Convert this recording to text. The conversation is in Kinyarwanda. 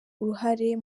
uruhare